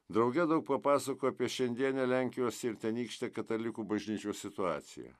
drauge daug papasakojo apie šiandienę lenkijos ir tenykštę katalikų bažnyčios situaciją